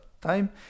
time